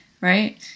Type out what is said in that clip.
right